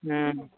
हुँ